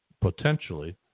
potentially